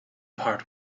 part